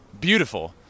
beautiful